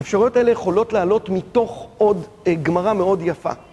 האפשרויות האלה יכולות לעלות מתוך עוד גמרא מאוד יפה.